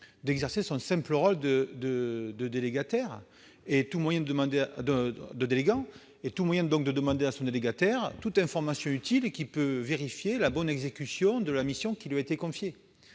d'exercer son simple rôle de délégant et tout moyen, donc, de demander à son délégataire toute information utile permettant de vérifier la bonne exécution de la mission qui lui a été confiée.